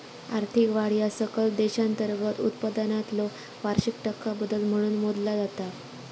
आर्थिक वाढ ह्या सकल देशांतर्गत उत्पादनातलो वार्षिक टक्का बदल म्हणून मोजला जाता